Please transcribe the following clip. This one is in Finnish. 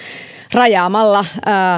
rajaamalla